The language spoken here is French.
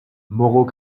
moreau